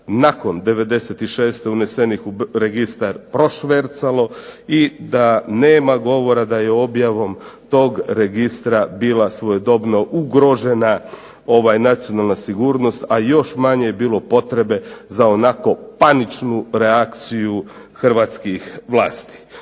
nakon 96 unesenih u registar prošvercalo i da nema govora da je objavom tog registra bila svojedobno ugrožena nacionalna sigurnost, a još manje je bilo potrebe za onako paničnu reakciju hrvatskih vlasti.